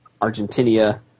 Argentina